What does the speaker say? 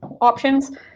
options